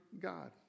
God